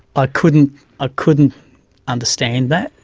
i couldn't ah couldn't understand that.